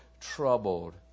troubled